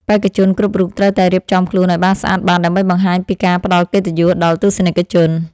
បេក្ខជនគ្រប់រូបត្រូវតែរៀបចំខ្លួនឱ្យបានស្អាតបាតដើម្បីបង្ហាញពីការផ្ដល់កិត្តិយសដល់ទស្សនិកជន។